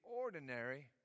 ordinary